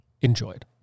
enjoyed